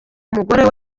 umugore